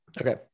okay